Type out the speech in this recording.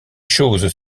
choses